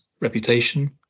reputation